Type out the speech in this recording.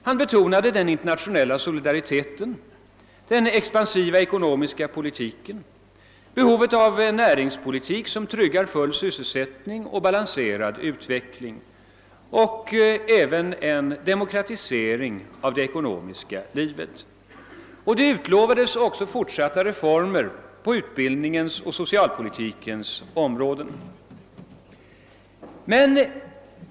Han betonade den internationella solidariteten, den expansiva ekonomiska politiken, behovet av en näringspolitik som tryggar full sysselsättning och balanserad utveckling och även en demokratisering av det ekonomiska livet. Det utlovades också fortsatta reformer på utbildningens och socialpolitikens områden.